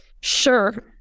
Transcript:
Sure